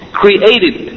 created